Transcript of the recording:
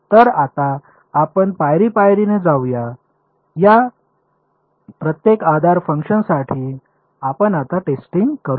तर आता आपण पायरी पायरीने जाऊया या प्रत्येक आधार फंक्शन साठी आपण आता टेस्टिंग करू